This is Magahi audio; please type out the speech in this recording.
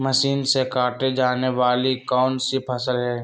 मशीन से काटे जाने वाली कौन सी फसल है?